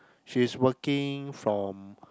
she's working from